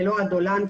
ולא אדולן,